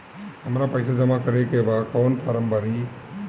हमरा पइसा जमा करेके बा कवन फारम भरी?